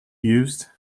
used